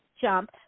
jump